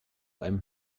einem